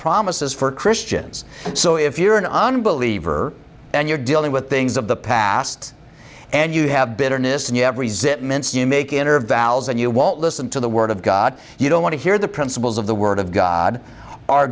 promises for christians so if you're an unbeliever and you're dealing with things of the past and you have bitterness and you have resentments you make inner val's and you won't listen to the word of god you don't want to hear the principles of the word of god are